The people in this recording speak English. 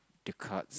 the cards